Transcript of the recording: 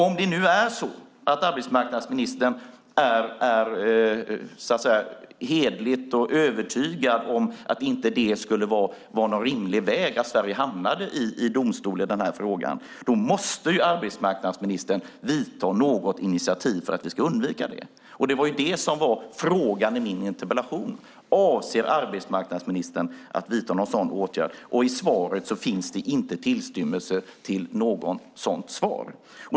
Om det nu är så att arbetsmarknadsministern är hederlig och övertygad om att det inte skulle vara någon rimlig väg att Sverige hamnar i domstol i denna fråga måste hon vidta någon åtgärd för att vi ska undvika det. Det var det som var frågan i min interpellation. Avser arbetsmarknadsministern att vidta någon sådan åtgärd? I svaret finns det inte tillstymmelse till något sådant svar.